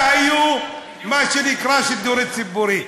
היה מה שנקרא שידור ציבורי.